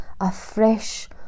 afresh